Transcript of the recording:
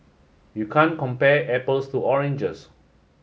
you can't compare apples to oranges